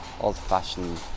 old-fashioned